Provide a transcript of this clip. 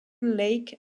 lake